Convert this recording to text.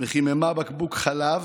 וחיממה בקבוק חלב,